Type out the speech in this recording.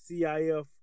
CIF